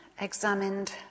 examined